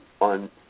on